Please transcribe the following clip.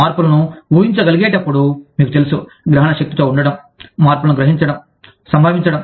మార్పులను ఊహించగలిగేటప్పుడు మీకు తెలుసు గ్రహణశక్తితో ఉండటం మార్పులను గ్రహించడం సంభవించడం